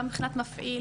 גם מבחינת מפעיל,